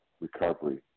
recovery